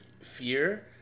Fear